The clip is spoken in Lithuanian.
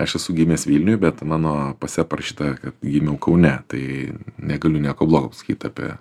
aš esu gimęs vilniuj bet mano pase parašyta kad gimiau kaune tai negaliu nieko blogo pasakyt apie